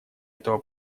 этого